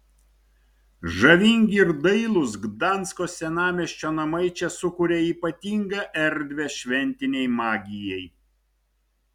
žavingi ir dailūs gdansko senamiesčio namai čia sukuria ypatingą erdvę šventinei magijai